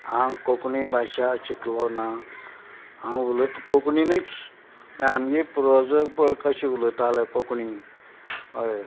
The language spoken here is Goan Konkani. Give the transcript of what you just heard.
हांव कोंकणी भाशा शिकलोना हांव उलयत कोंकणीनीच म्हूण आमगें पुर्वजां कश उलयतालें कोंकणीन हय